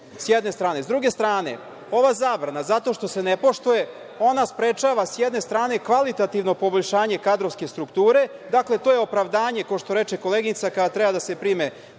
s jedne strane. S druge strane, ova zabrana, zato što se ne poštuje, ona sprečava s jedne strane kvalitativno poboljšanje kadrovske strukture, dakle, to je opravdanje, kao što reče koleginica, kada treba da se prime